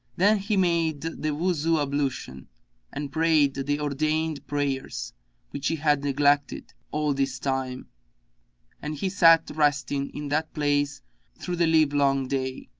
then he made the wuzu-ablution and prayed the ordained prayers which he had neglected all this time and he sat resting in that place through the livelong day.